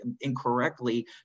incorrectly